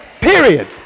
Period